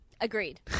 agreed